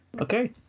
Okay